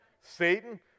Satan